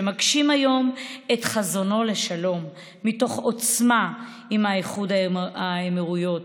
שמגשים היום את חזונו לשלום מתוך עוצמה עם איחוד האמירויות,